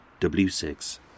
W6